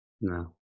No